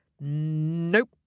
Nope